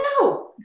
no